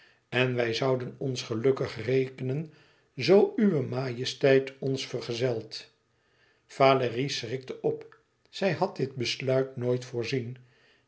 en wij zouden ons gelukkig rekenen zoo uwe majesteit ons vergezelt valérie schrikte op zij had dit besluit nooit voorzien